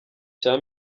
cya